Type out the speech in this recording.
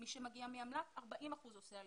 מי שמגיע מאמל"ט, 40 אחוזים עושים עלייה.